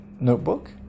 notebook